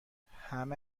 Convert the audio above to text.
همه